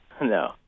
No